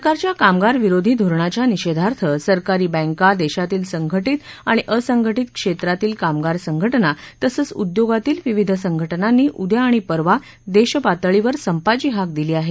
सरकारच्या कामगार विरोधी धोरणाच्या निषेधार्थ सरकारी बक्त देशातील संघटीत आणि असंघटीत क्षेत्रातील कामगार संघटना तसंच उद्योगांतील विविध संघटनांनी उद्या आणि परवा देशपातळीवर संपाची हाक दिली आहे